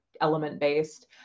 element-based